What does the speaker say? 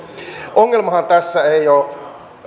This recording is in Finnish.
ongelmahan